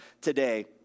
today